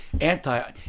anti